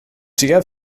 sehr